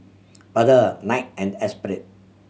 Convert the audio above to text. Brother Nike and Esprit